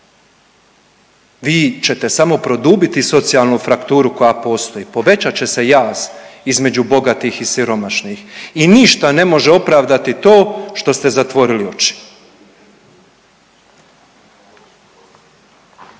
vi ćete samo produbiti socijalnu frakturu koja postoji, povećat će se jaz između bogatih i siromašnih i ništa ne može opravdati to što ste zatvorili oči.